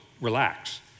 relax